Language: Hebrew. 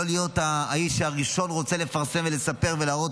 לא להיות האיש הראשון שרוצה לפרסם ולספר ולהראות,